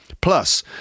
Plus